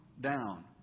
down